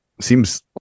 seems